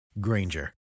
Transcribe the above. Granger